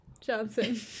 Johnson